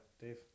Dave